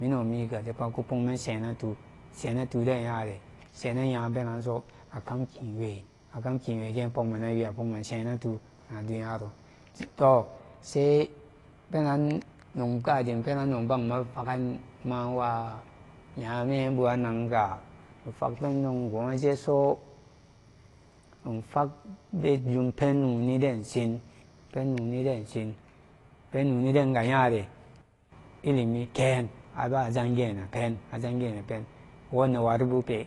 Mi newmige jepat kupogman shenantu shenantu den nyare shenenya penanso akam kiwe akam kiwe gepogmenen shenentu na dunyaro toh sai penan noggadim penan nogba fagan mawa nyeme buranga ifag bunen gwojeso ifagbejum pen nonidansin pen nóónidan sin pen nóónidan sin pen nóóni denga yare ilimi ken abajanginnenpen ajanginnenpe wone waribupe